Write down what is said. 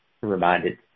reminded